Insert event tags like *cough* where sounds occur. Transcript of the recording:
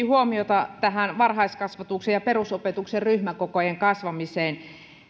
*unintelligible* huomiota varhaiskasvatuksen ja perusopetuksen ryhmäkokojen kasvamiseen